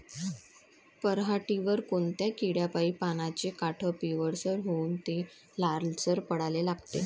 पऱ्हाटीवर कोनत्या किड्यापाई पानाचे काठं पिवळसर होऊन ते लालसर पडाले लागते?